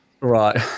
Right